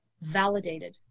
validated